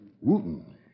Wooten